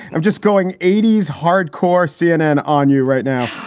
i'm just going eighty s hardcore cnn on you right now.